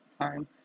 time